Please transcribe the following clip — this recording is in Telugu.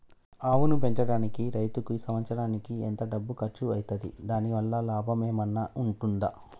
ఆవును పెంచడానికి రైతుకు సంవత్సరానికి ఎంత డబ్బు ఖర్చు అయితది? దాని వల్ల లాభం ఏమన్నా ఉంటుందా?